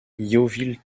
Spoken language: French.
town